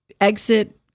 exit